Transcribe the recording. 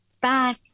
back